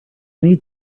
need